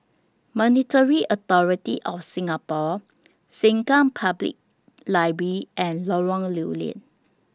Monetary Authority of Singapore Sengkang Public Library and Lorong Lew Lian